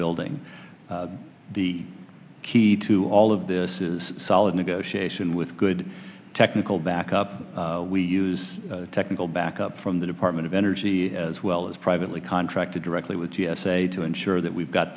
building the key to all of this is solid negotiation with good technical backup we use technical backup from the department of energy as well as privately contracted directly with e s a to ensure that we've got